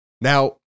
Now